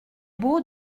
beau